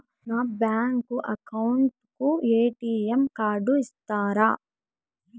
నా bank account కు ATM card ఇస్తారా